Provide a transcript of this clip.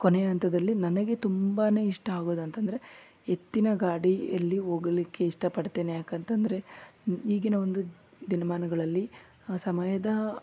ಕೊನೆಯ ಹಂತದಲ್ಲಿ ನನಗೆ ತುಂಬಾ ಇಷ್ಟ ಆಗೋದಂತಂದರೆ ಎತ್ತಿನ ಗಾಡಿಯಲ್ಲಿ ಹೋಗಲಿಕ್ಕೆ ಇಷ್ಟಪಡ್ತೇನೆ ಯಾಕಂತಂದರೆ ಈಗಿನ ಒಂದು ದಿನಮಾನಗಳಲ್ಲಿ ಸಮಯದ